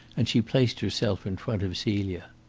and she placed herself in front of celia.